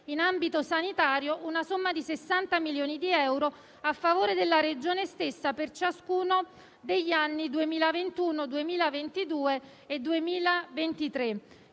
in ambito sanitario, una somma di 60 milioni di euro a favore della Regione stessa per ciascuno degli anni 2021, 2022 e 2023.